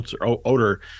odor